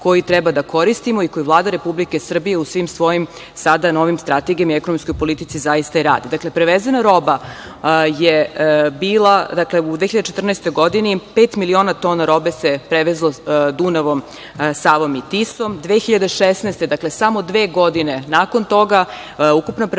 koji treba da koristimo i koji Vlada Republike Srbije u svim svojim sada novim strategijama i ekonomskoj politici zaista i radi. Dakle, prevezena roba je bila u 2014. godini pet miliona tona robe se prevezlo Dunavom, Savom i Tisom, 2016. godine, dakle, samo dve godine nakon toga, ukupna prevezena